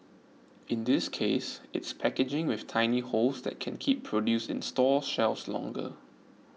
in this case it's packaging with tiny holes that can keep produce in store shelves longer